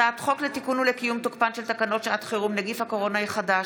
הצעת חוק לתיקון ולקיום תוקפן של תקנות שעת חירום (נגיף הקורונה החדש,